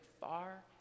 far